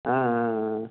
ஆ ஆ ஆ